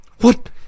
What